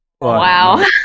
wow